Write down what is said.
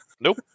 nope